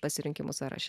pasirinkimų sąraše